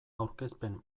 aurkezpen